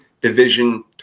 division